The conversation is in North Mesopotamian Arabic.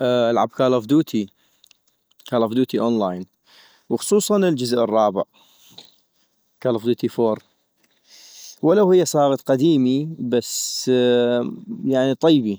ألعب كال اوف دوتي ، كال اوف دوتي أونلاين - وخصوصا الجزء الرابع، كال اوف دوتي فور - ولو هي صاغت قديمي بس طيبي ،